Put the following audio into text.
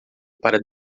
para